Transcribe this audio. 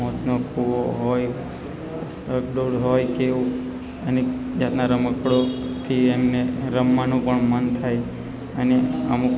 મોતનો કૂવો હોય ચકડોળ હોય કેવું અનેક જાતના રમકડાંથી એમને રમવાનું પણ મન થાય અને આમ